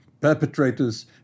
perpetrators